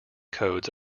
codes